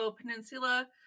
peninsula